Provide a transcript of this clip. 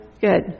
Good